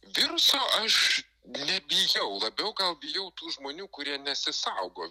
viruso aš nebijau labiau gal bijau tų žmonių kurie nesisaugo